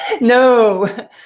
No